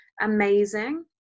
amazing